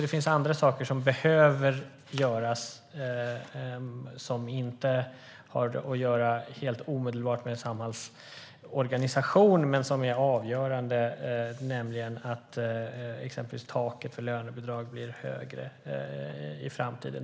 Det finns annat som behöver göras som inte omedelbart har med Samhalls organisation att göra men som är avgörande, till exempel att taket för lönebidrag blir högre i framtiden.